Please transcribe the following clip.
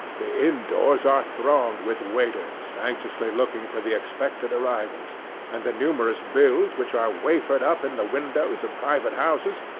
the inn-doors are thronged with waiters anxiously looking for the expected arrivals and the numerous bills which are wafered up in the windows of private houses,